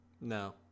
No